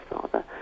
father